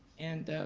and